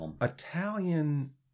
italian